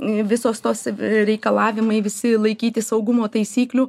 visos tos reikalavimai visi laikytis saugumo taisyklių